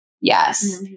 Yes